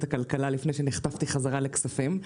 הכלכלה לפני שנחטפתי חזרה לוועדת הכספים.